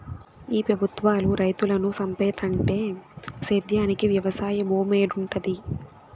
ఈ పెబుత్వాలు రైతులను సంపేత్తంటే సేద్యానికి వెవసాయ భూమేడుంటది